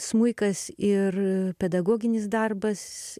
smuikas ir pedagoginis darbas